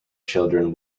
children